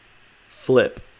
flip